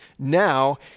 Now